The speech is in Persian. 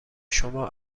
شما